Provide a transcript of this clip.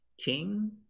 king